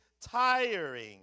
tiring